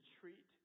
treat